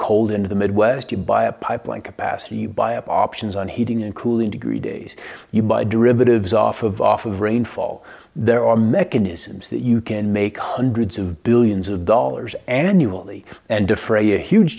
cold into the midwest you buy a pipeline capacity buy up options on heating and cooling degree days you buy derivatives off of off of rainfall there are mechanisms that you can make hundreds of billions of dollars annually and defray a huge